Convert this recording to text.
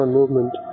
movement